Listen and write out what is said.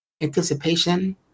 Anticipation